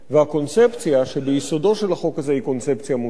והקונספציה שביסודו של החוק הזה היא קונספציה מוטעית.